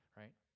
right